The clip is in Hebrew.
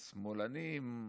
"השמאלנים",